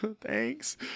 Thanks